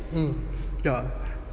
hmm yeah